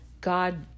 God